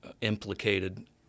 implicated